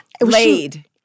Laid